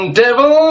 devil